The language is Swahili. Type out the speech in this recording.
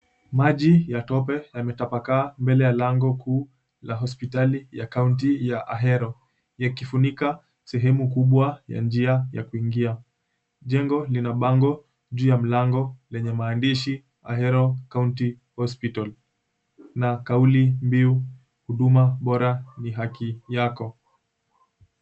Maji ya tope yametapakaa mbele ya lango kuu la hospitali ya kaunti ya Ahero yakifunika sehemu kubwa ya njia ya kuingia. Jengo lina bango juu ya mlango lenye maandishi, Ahero County Hospital na kauli mbiu, Huduma Bora Ni Haki Yako.